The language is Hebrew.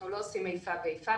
אנחנו לא עושים איפה ואיפה,